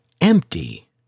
empty